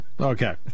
Okay